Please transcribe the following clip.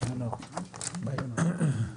הישיבה ננעלה בשעה